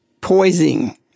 poisoning